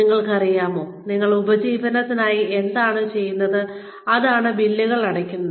നിങ്ങൾക്കറിയാമോ ഞങ്ങൾ ഉപജീവനത്തിനായി എന്താണ് ചെയ്യുന്നത് അതാണ് ബില്ലുകൾ അടയ്ക്കുന്നത്